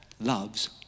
loves